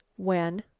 when?